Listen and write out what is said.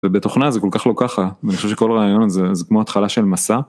ובתוכנה זה כל כך לא ככה, אני חושב שכל רעיון זה זה כמו התחלה של מסע.